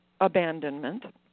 abandonment